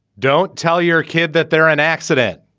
don't tell your kid that they're an accident.